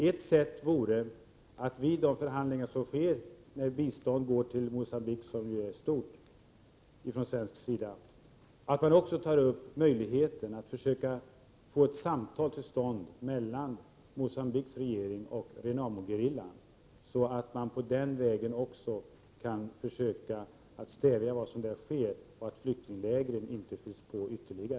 En utväg vore att man vid de förhandlingar som sker, när Sveriges stora bistånd ges till Mogambique, också beaktar möjligheten att försöka få till stånd ett samtal mellan Mogambiques regering och Renamogerillan, så att man på den vägen kan stävja vad som sker och bidra till att flyktinglägren inte fylls på ytterligare.